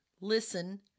listen